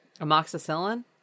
Amoxicillin